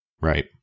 Right